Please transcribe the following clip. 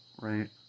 right